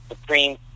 supreme